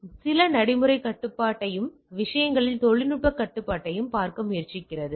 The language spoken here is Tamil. எனவே இது நடைமுறை செயல்பாட்டுக் கட்டுப்பாட்டையும் விஷயங்களில் தொழில்நுட்பக் கட்டுப்பாட்டையும் பார்க்க முயற்சிக்கிறது